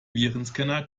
virenscanner